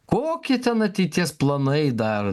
kokie ten ateities planai dar